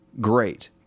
great